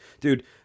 dude